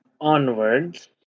onwards